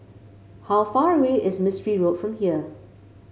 how far away is Mistri Road from here